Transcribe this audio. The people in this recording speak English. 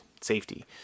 safety